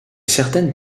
certaines